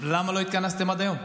למה לא התכנסתם עד היום?